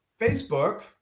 Facebook